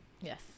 Yes